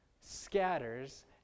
scatters